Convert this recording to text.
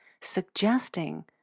suggesting